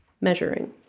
measuring